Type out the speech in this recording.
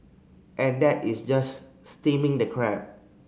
and that is just steaming the crab